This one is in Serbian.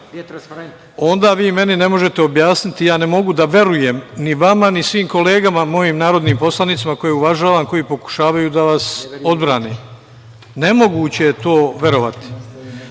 onda vi meni ne možete objasniti, ja ne mogu da verujem ni vama ni svim kolegama mojim narodnim poslanicima koje uvažavam, koji pokušavaju da vas odbrane. Nemoguće je to verovati. Mi